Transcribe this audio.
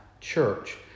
Church